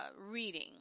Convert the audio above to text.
reading